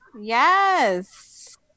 Yes